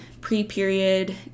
pre-period